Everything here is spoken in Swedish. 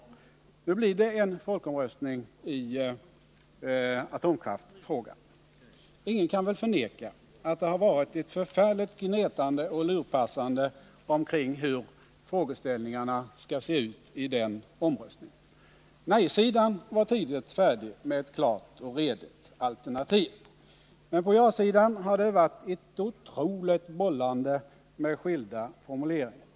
Det blir en folkomröstning i atomkraftsfrågan. Ingen kan väl förneka att det varit ett förfärligt gnetande och lurpassande omkring hur frågeställningarna skall se ut i den omröstningen. Nej-sidan var tidigt färdig med ett klart och redigt alternativ. Men på ja-sidan har det varit ett otroligt bollande med skilda formuleringar.